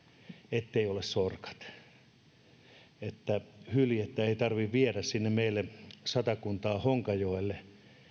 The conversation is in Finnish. ettei ole sorkat että hyljettä ei tarvitse viedä sinne meille satakuntaan honkajoelle